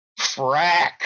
Frack